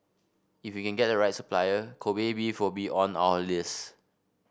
if we can get the right supplier Kobe beef will be on our list